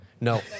No